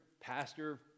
pastor